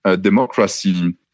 democracy